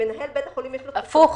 למנהל בית החולים יש --- הפוך,